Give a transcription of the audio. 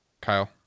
Kyle